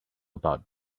about